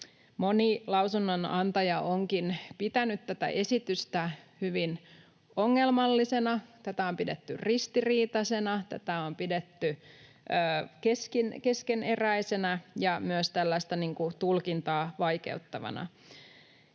Moni lausunnonantaja onkin pitänyt tätä esitystä hyvin ongelmallisena. Tätä on pidetty ristiriitaisena, tätä on pidetty keskeneräisenä ja myös tulkintaa vaikeuttavana.